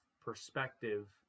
perspective